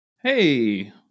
Hey